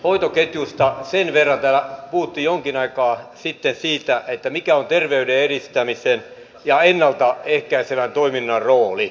hoitoketjusta sen verran että täällä puhuttiin jonkin aikaa sitten siitä mikä on terveyden edistämisen ja ennalta ehkäisevän toiminnan rooli